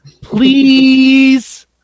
Please